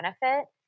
benefit